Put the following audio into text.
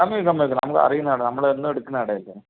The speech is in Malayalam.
കമ്മിയുണ്ട് കമ്മിയുണ്ട് നമുക്കറിയുന്ന കടയാണ് നമ്മളെന്നും എടുക്കുന്ന കടയല്ലേ